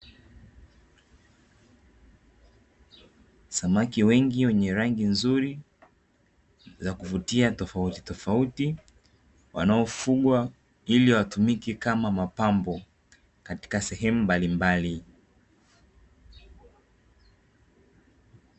Samaki wengi wenye rangi nzuri za kuvutia tofautitofauti wanaofugwa ili watumike kama mapambo katika sehemu mbalimbali